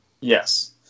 Yes